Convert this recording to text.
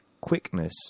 quickness